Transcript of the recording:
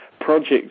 projects